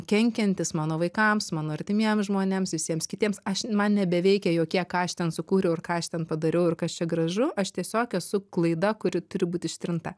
kenkiantis mano vaikams mano artimiems žmonėms visiems kitiems aš man nebeveikia jokie ką aš ten sukūriau ir ką aš ten padariau ir kas čia gražu aš tiesiog esu klaida kuri turi būt ištrinta